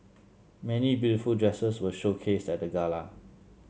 many beautiful dresses were showcased at the gala